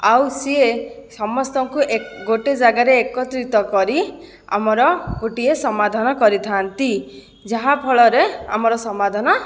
ଆଉ ସିଏ ସମସ୍ତଙ୍କୁ ଗୋଟିଏ ଜାଗାରେ ଏକତ୍ରିତ କରି ଆମର ଗୋଟିଏ ସମାଧାନ କରିଥାନ୍ତି ଯାହାଫଳରେ ଆମର ସମାଧାନ